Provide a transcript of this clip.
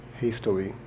hastily